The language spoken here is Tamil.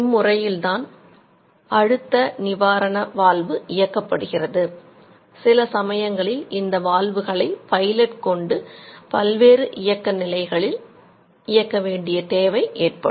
இம்முறையில் தான் அழுத்த நிவாரண வால்வு இயக்க வேண்டிய தேவை ஏற்படும்